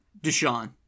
deshaun